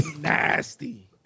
nasty